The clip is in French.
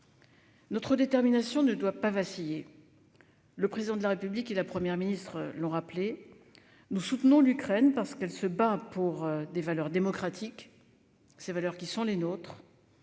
Notre détermination ne doit pas vaciller. Le Président de la République et la Première ministre l'ont rappelé : nous soutenons l'Ukraine, parce qu'elle se bat pour des valeurs démocratiques qui sont les nôtres.